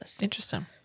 Interesting